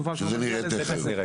יובל כבר יתייחס לזה.